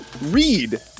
read